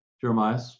Jeremiah